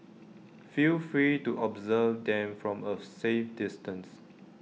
feel free to observe them from A safe distance